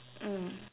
mm